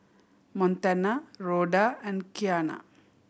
Montana Rhoda and Qiana